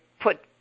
put